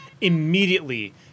immediately